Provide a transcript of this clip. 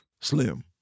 Slim